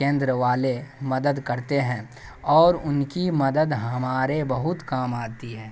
کیندر والے مدد کرتے ہیں اور ان کی مدد ہمارے بہت کام آتی ہے